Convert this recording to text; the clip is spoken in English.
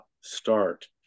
start